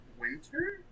winter